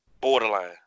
borderline